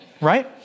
right